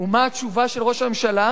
ומה התשובה של ראש הממשלה?